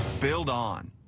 build on.